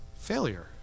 failure